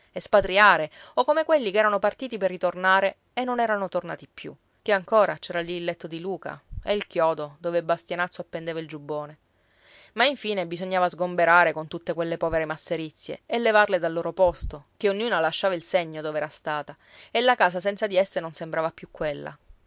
espatriare o come quelli che erano partiti per ritornare e non erano tornati più che ancora c'era lì il letto di luca e il chiodo dove bastianazzo appendeva il giubbone ma infine bisognava sgomberare con tutte quelle povere masserizie e levarle dal loro posto che ognuna lasciava il segno dov'era stata e la casa senza di esse non sembrava più quella